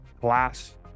class